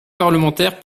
parlementaire